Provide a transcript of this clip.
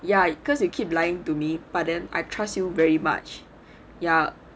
ya cause you keep lying to me but then I trust you very much ya